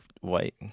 white